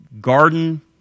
garden